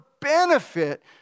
benefit